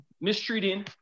mistreating